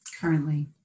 currently